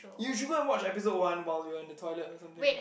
you should go and watch episode one while you are in the toilet or something